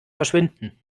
verschwinden